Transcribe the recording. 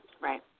right